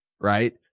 right